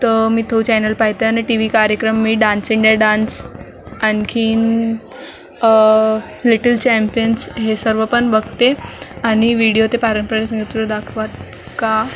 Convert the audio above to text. तर मी तो चॅनल पाहते आनि टी व्ही कार्यक्रम मी डान्स इंडिया डान्स आणखीन लिटिल चॅम्पियन्स हे सर्वपण बघते आणि व्हिडीओ ते पारंपरिक नृत्य दाखवत का